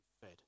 fed